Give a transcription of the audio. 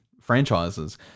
franchises